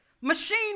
machine